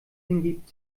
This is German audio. hingibt